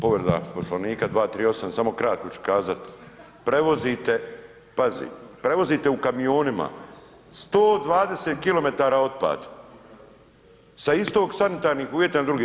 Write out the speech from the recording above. Povreda Poslovnika 238., samo kratko ću kazati prevozite pazi prevozite u kamionima 120 kilometara otpad sa istog sanitarnih uvjeta na drugi.